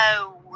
no